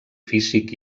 físic